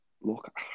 look